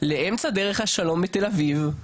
לאמצע דרך השלום בתל אביב,